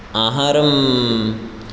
आहारं